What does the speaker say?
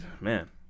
Man